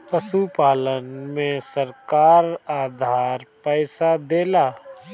पशुपालन में सरकार उधार पइसा देला?